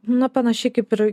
na panašiai kaip ir